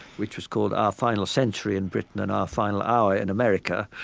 which was called our final century in britain and our final hour in america.